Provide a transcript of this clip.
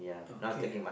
okay ah